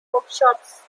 workshops